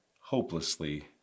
hopelessly